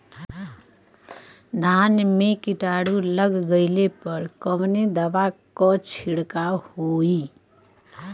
धान में कीटाणु लग गईले पर कवने दवा क छिड़काव होई?